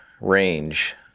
range